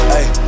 Hey